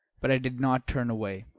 but i did not turn away.